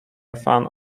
fan